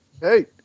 Hey